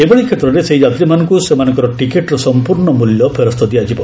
ଏଭଳି କ୍ଷେତ୍ରରେ ସେହି ଯାତ୍ରୀମାନଙ୍କୁ ସେମାନଙ୍କର ଟିକେଟର ସମ୍ପୂର୍ଣ୍ଣ ମ୍ବଲ୍ୟ ଫେରସ୍ତ ଦିଆଯିବ